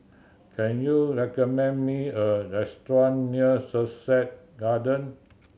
can you recommend me a restaurant near Sussex Garden